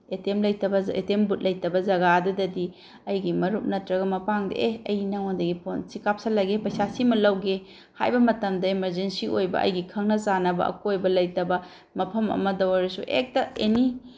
ꯑꯦ T M ꯂꯩꯇꯕ A T M booth ꯂꯩꯇꯕ ꯖꯒꯥꯗꯨꯗꯗꯤ ꯑꯩꯒꯤ ꯃꯔꯨꯞ ꯅꯠꯇ꯭ꯔꯒ ꯃꯄꯥꯡꯗ ꯑꯦ ꯑꯩ ꯅꯪꯉꯣꯟꯗꯒꯤ ꯐꯣꯟ ꯁꯤ ꯀꯥꯞꯁꯤꯜꯂꯒꯦ ꯄꯩꯁꯥ ꯁꯤꯃ ꯂꯧꯒꯦ ꯍꯥꯏꯕ ꯃꯇꯝꯗ ꯑꯦꯃꯔꯖꯦꯟꯁꯤ ꯑꯣꯏꯕ ꯑꯩꯒꯤ ꯈꯪꯅ ꯆꯥꯅꯕ ꯑꯩꯒꯤ ꯑꯀꯣꯏꯕ ꯂꯩꯇꯕ ꯃꯐꯝ ꯑꯃꯗ ꯑꯣꯏꯔꯁꯨ ꯍꯦꯛꯇ ꯑꯦꯅꯤ